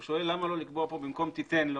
הוא שואל למה לא לקבוע כאן במקום "תיתן לו",